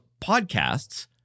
podcasts